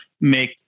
make